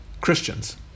Christians